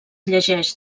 llegeix